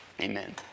Amen